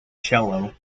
cello